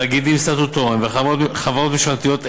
תאגידים סטטוטוריים וחברות ממשלתיות,